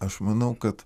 aš manau kad